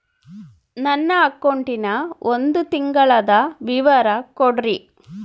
ನನ್ನ ಅಕೌಂಟಿನ ಒಂದು ತಿಂಗಳದ ವಿವರ ಕೊಡ್ರಿ?